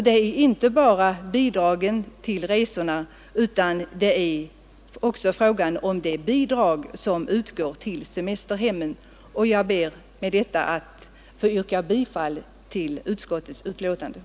Det är inte bara fråga om bidragen till resorna utan också om de bidrag som utgår till semesterhemmen. Jag ber med detta att få yrka bifall till utskottets hemställan.